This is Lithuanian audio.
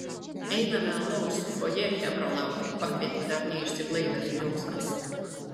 einame alaus fojė chebra laukia pakvietė dar neišsiblaivęs griausmas